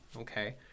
okay